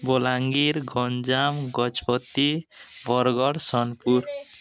Balangir Ganjam Gajapati Bargarh Sonepur